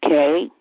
Okay